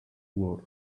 wall